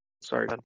Sorry